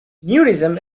nudism